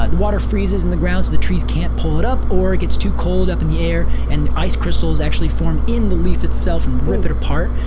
ah and freezes in the ground and the trees can't pull it up, or it gets too cold up in the air and ice crystals actually form in the leaf itself and rip it apart.